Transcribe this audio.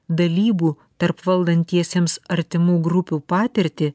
dalybų tarp valdantiesiems artimų grupių patirtį